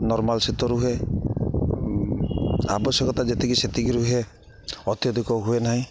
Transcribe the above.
normal ଶୀତ ରୁହେ ଆବଶ୍ୟକତା ଯେତିକି ସେତିକି ରୁହେ ଅତ୍ୟଧିକ ହୁଏ ନାହିଁ